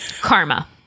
karma